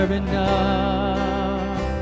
enough